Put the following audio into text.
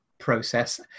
process